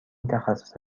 تخصص